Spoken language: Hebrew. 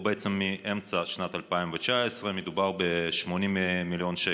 או בעצם מאמצע שנת 2019. מדובר ב-80 מיליון שקל,